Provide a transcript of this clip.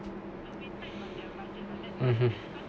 (uh huh)